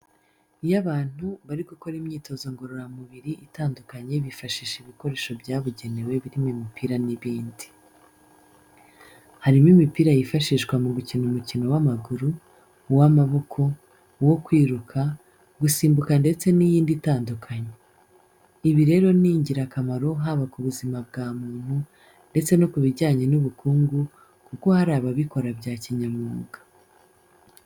Iyo abantu bari gukora imyitozo ngororamubiri itandukanye bifashisha ibikoresho byabugenewe birimo imipira n'ibindi. Harimo imipira yifashishwa mu gukina umukino w'amaguru, uw'amaboko, uwo kwiruka, gusimbuka ndetse n'iyindi itandukanye. Ibi rero ni ingirakamaro haba ku buzima bwa muntu ndetse no ku bijyanye n'ubukungu, kuko hari ababikora bya kinyamwuga.